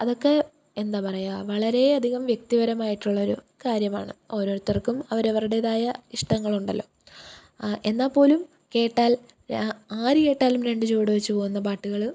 അതൊക്കെ എന്താ പറയുക വളരേയധികം വ്യക്തിപരമായിട്ടുള്ളൊരു കാര്യമാണ് ഓരോരുത്തർക്കും അവരവരുടേതായ ഇഷ്ടങ്ങളുണ്ടല്ലൊ എന്നാൽപ്പോലും കേട്ടാൽ ആരു കേട്ടാലും രണ്ട് ചുവട് വച്ചുപോകുന്ന പാട്ടുകൾ